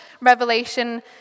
revelation